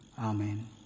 Amen